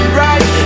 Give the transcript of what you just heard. right